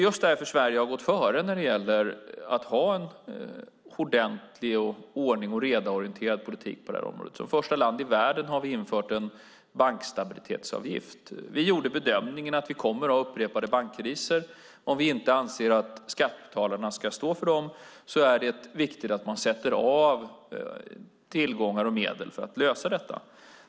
Just därför har Sverige gått före när det gäller att ha en ordentlig politik, en ordning-och-reda-orienterad politik, på området. Som första land i världen har vi i Sverige infört en bankstabilitetsavgift. Vi gjorde bedömningen att vi kommer att ha upprepade bankkriser. Om vi inte anser att skattebetalarna ska stå för dem är det viktigt att sätta av tillgångar och medel för att lösa detta.